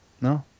no